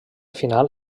final